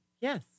Yes